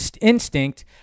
instinct